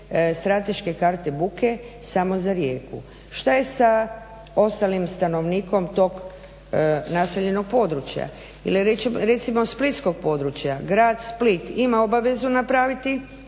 strateške karte buke samo za Rijeku. Šta je sa ostalim stanovnicima tog naseljenog područja? Ili recimo splitskog područja, grad Split ima obavezu napraviti